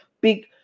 big